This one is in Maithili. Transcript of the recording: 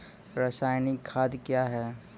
रसायनिक खाद कया हैं?